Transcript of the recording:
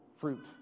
fruit